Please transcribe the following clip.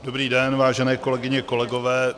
Dobrý den, vážené kolegyně, kolegové.